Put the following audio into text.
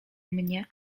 mnie